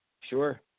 Sure